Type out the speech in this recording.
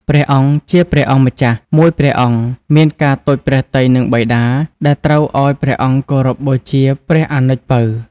ព្រះអង្គ ជាព្រះអង្គម្ចាស់មួយព្រះអង្គ មានការតូចព្រះទ័យនឹងបិតា ដែលត្រូវឲ្យព្រះអង្គគោរពបូជាព្រះអនុជពៅ។